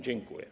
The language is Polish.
Dziękuję.